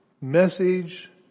message